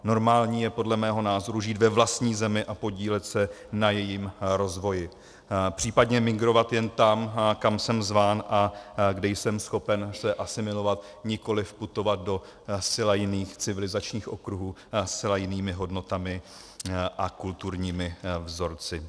Normální je podle mého názoru žít ve vlastní zemi a podílet se na jejím rozvoji, případně migrovat jen tam, kam jsem zván a kde jsem schopen se asimilovat, nikoliv putovat do zcela jiných civilizačních okruhů se zcela jinými hodnotami a kulturními vzorci.